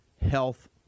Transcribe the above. health